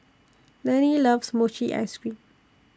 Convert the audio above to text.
Lanie loves Mochi Ice Cream